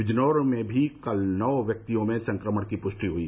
बिजनौर में भी कल नौ व्यक्तियों में संक्रमण की पुष्टि हई